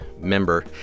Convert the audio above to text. member